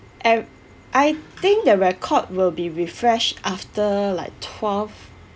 ev~ I think the record will be refresh after like twelve